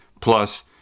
Plus